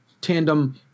tandem